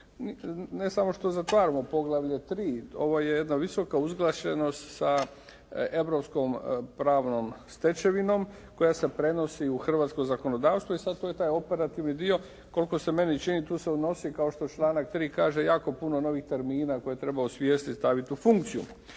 Ne samo što zatvaramo poglavlje 3. Ovo je jedna velika usuglašenost sa europskom pravnom stečevinom koja se prenosi i u hrvatsko zakonodavstvo i sad to je taj operativni dio, koliko se meni čini tu se odnosi kao što članak 3. kaže jako puno novih termina koje treba osvijestiti, staviti u funkciju.